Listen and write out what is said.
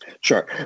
Sure